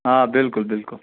آ بالکل بالکل